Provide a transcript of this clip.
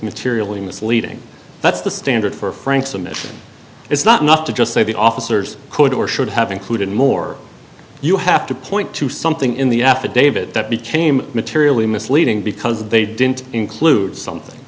materially misleading that's the standard for frank samit it's not enough to just say the officers could or should have included more you have to point to something in the affidavit that became materially misleading because they didn't include something